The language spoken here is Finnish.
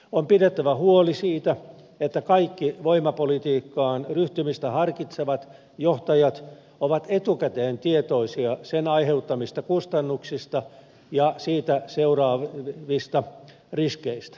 on pidettävä huoli siitä että kaikki voimapolitiikkaan ryhtymistä harkitsevat johtajat ovat etukäteen tietoisia sen aiheuttamista kustannuksista ja siitä seuraavista riskeistä